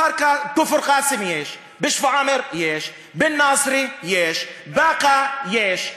בכפר-קאסם, יש, בשפרעם, יש, בנצרת, יש, בבאקה, יש.